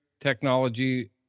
technology